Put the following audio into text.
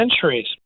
centuries